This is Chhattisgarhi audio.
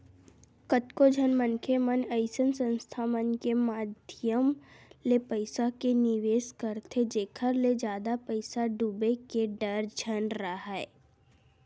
कतको झन मनखे मन अइसन संस्था मन के माधियम ले पइसा के निवेस करथे जेखर ले जादा पइसा डूबे के डर झन राहय